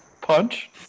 Punch